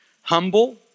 Humble